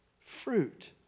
fruit